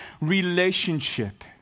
relationship